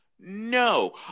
no